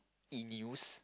E news